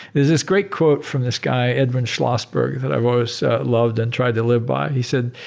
there's this great quote from this guy, edmund schlossberg, that i've always loved and tried to live by. he said,